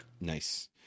Nice